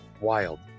wild